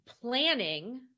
planning